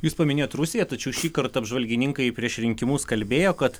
jūs paminėjot rusiją tačiau šįkart apžvalgininkai prieš rinkimus kalbėjo kad